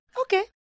Okay